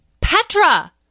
Petra